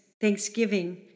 thanksgiving